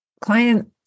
client